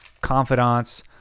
confidants